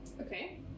Okay